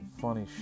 funny